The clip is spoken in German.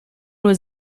nur